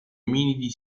ominidi